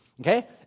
Okay